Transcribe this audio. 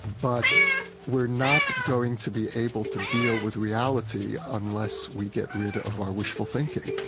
but we're not going to be able to deal with reality unless we get rid of our wishful thinking